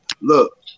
Look